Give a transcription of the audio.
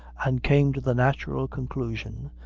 and came to the natural conclusion,